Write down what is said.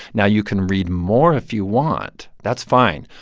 now, you can read more if you want. that's fine.